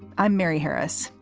i'm mary harris.